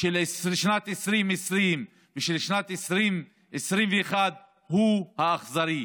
של שנת 2020 ושל שנת 2021 הוא האכזרי,